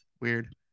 weird